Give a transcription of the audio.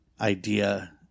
idea